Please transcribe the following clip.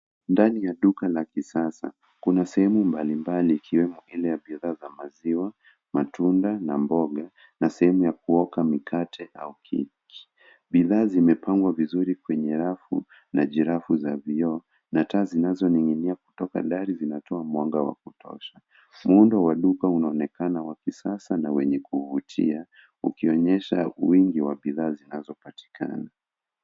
Ndani ya duka la kisasa kuna sehemu mbalilmbali ikiwemo ile ya bidhaa za maziwa, matunda na mboga na sehemu ya kuoka mikate au keki. Bidhaa zimepangwa vizuri kwenye rafu na jirafu za vioo. Na taa zinazoning'inia kutoka dari zinatoa mwanga wa kutosha. Muundo wa duka unaonekana wa kisasa na wenye kuvutia, ukionyesha wingi wa bidhaa zinazopatikana.